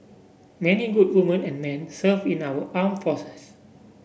many good woman and men serve in our armed forces